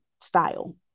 style